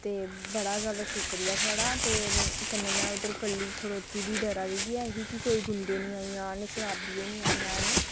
ते बड़ा जैदा शुक्रिया थुआढ़ा ते कन्नै में उद्धर कल्ली खड़ोती दी डरा दी बी ऐ ही कि कोई गुंडे निं आई जान शराबिये निं आई जान